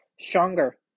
stronger